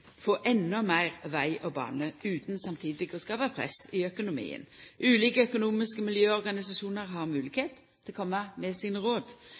få enda meir veg og bane utan samtidig å skapa press i økonomien. Ulike økonomiske miljø og organisasjonar har moglegheit til å koma med sine råd.